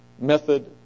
method